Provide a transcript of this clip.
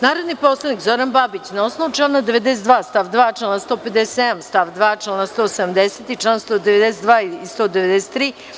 Narodni poslanik Zoran Babić, na osnovu člana 92. stav 2, člana 157. stav 2, člana 170. i čl. 192. i 193.